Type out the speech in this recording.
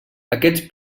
aquests